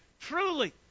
truly